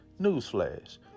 Newsflash